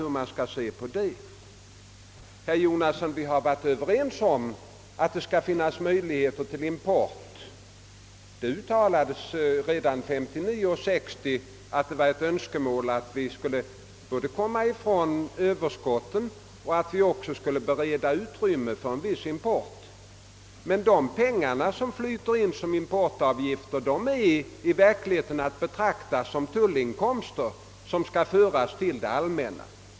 Vi har, herr Jonasson, varit överens om att det skall finnas möjligheter till import. Det uttalades redan 1959 och 1960 att det var ett önskemål att vi skulle både komma ifrån överskotten och bereda utrymme för en viss import. Pengar, som flyter in som importavgift, är i verkligheten att betrakta som tullinkomster som skall föras till det allmänna.